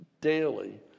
Daily